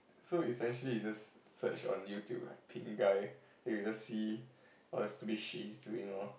so essentially you just search on YouTube right Pink Guy and you just see all the stupid shit he's doing loh